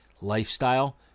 lifestyle